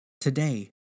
Today